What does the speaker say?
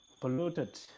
polluted